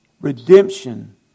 redemption